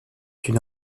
une